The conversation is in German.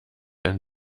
ein